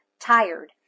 tired